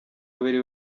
babiri